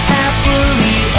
Happily